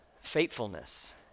Faithfulness